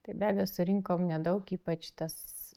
tai be abejo surinkom nedaug ypač tas